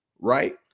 Right